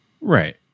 Right